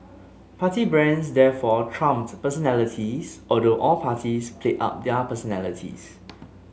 party brands therefore trumped personalities although all parties played up their personalities